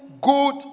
good